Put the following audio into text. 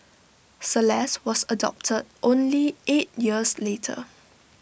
celeste was adopted only eight years later